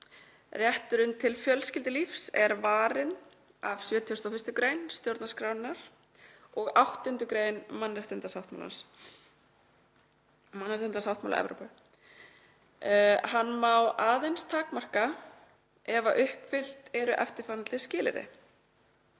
Rétturinn til fjölskyldulífs er varinn af 71. gr. stjórnarskrárinnar og 8. gr. Mannréttindasáttmála Evrópu (MSE).“ Hann má aðeins takmarka ef uppfyllt eru eftirfarandi skilyrði: